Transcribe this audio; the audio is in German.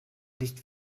nicht